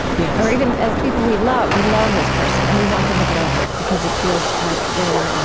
yeah or even as people we love. we love this person, and we want them to get over it because it feels like they're